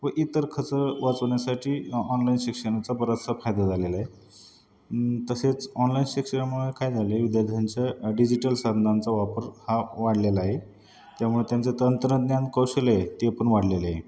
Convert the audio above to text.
व इतर खर्च वाचवण्यासाठी ऑनलाईन शिक्षणाचा बराचसा फायदा झालेला आहे तसेच ऑनलाईन शिक्षणामुळे काय झालं आहे विद्यार्थ्यांचं डिजिटल साधनांचा वापर हा वाढलेला आहे त्यामुळे त्यांचं तंत्रज्ञान कौशल्य ते पण वाढलेले आहे